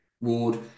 Ward